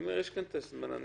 יש כאן את הזמן.